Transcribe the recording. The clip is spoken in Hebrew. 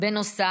בנוסף,